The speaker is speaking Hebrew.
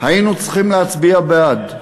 היינו צריכים להצביע בעד.